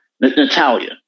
natalia